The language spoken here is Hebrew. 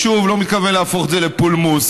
שוב, לא מתכוון להפוך את זה לפולמוס.